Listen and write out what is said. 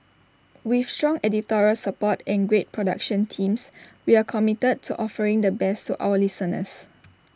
with strong editorial support and great production teams we are committed to offering the best to our listeners